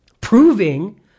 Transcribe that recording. proving